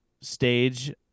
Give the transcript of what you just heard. stage